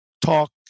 talk